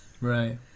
Right